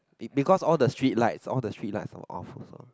be because all the streetlights all the streetlights are off also